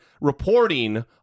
reporting